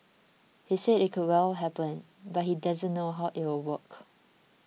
he said it could well happen but he doesn't know how it will work